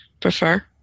prefer